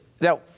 Now